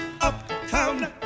Uptown